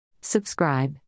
Subscribe